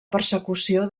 persecució